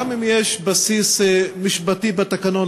גם אם יש בסיס משפטי בתקנון,